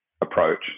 approach